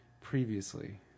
previously